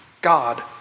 God